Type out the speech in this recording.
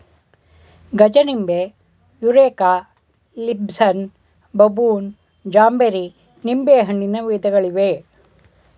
ಗಜನಿಂಬೆ, eureka, Lisbon, ಬಬೂನ್, ಜಾಂಬೇರಿ ನಿಂಬೆಹಣ್ಣಿನ ವಿಧಗಳಿವೆ